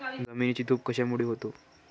जमिनीची धूप कशामुळे होते?